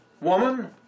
Woman